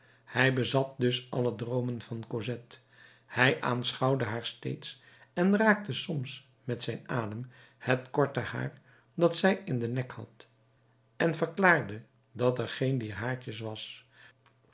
hij bezat dus alle droomen van cosette hij aanschouwde haar steeds en raakte soms met zijn adem het korte haar dat zij in den nek had en verklaarde dat er geen dier haartjes was